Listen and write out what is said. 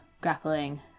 Grappling